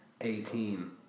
Eighteen